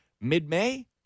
Mid-May